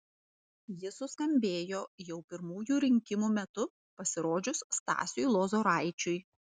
ji suskambėjo jau pirmųjų rinkimų metu pasirodžius stasiui lozoraičiui